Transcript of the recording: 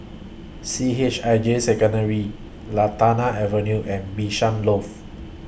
C H I J Secondary Lantana Avenue and Bishan Loft